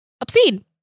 Obscene